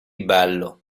bello